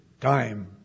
Time